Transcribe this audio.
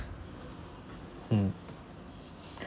mm